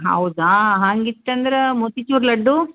ಹೌದಾ ಹಾಗಿತ್ತು ಅಂದ್ರೆ ಮೋತಿಚೂರು ಲಡ್ಡು